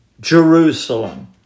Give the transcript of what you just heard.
Jerusalem